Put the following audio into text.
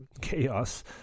chaos